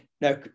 no